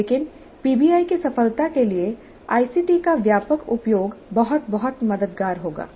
लेकिन पीबीआई की सफलता के लिए आईसीटी का व्यापक उपयोग बहुत बहुत मददगार होगा